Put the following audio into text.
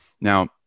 Now